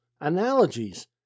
analogies